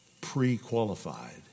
Pre-qualified